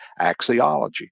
axiology